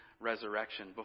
resurrection